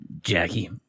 Jackie